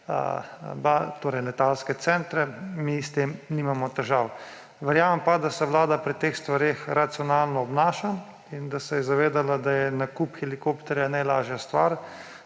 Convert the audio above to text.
svoje letalske centre, mi s tem nimamo težav. Verjamem pa, da se Vlada pri tem racionalno obnaša in da se je zavedala, da je nakup helikopterja najlažja stvar,